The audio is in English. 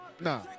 Nah